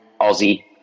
Aussie